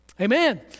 Amen